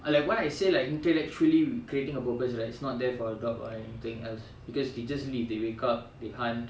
I like what I say like intellectually we creating a purpose right it's not therefore a dog or anything else because they just live they wake up they hunt